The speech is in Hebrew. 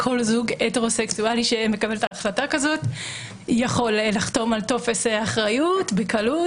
כל זוג הטרוסקסואלי שמקבל החלטה כזאת יכול לחתום על טופס אחריות בקלות,